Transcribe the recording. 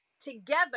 together